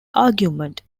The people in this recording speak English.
argument